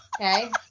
Okay